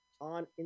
on